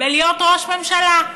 בלהיות ראש ממשלה.